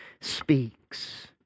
speaks